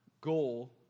goal